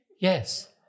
Yes